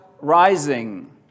rising